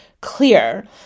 clear